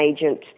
agent